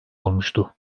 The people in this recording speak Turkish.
olmuştu